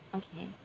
okay